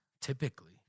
typically